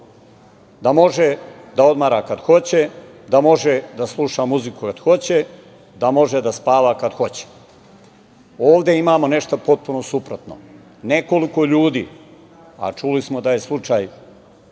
da može da odmara kada hoće, da može da sluša muziku kada hoće, da može da spava kada hoće. Ovde imamo nešto potpuno suprotno, nekoliko ljudi, a čuli smo da je slučaj